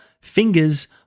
fingers